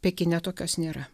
pekine tokios nėra